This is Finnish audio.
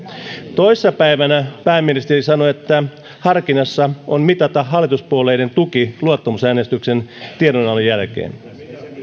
toissa päivänä pääministeri sanoi että harkinnassa on mitata hallituspuolueiden tuki luottamusäänestyksessä tiedonannon jälkeen